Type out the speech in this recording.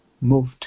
moved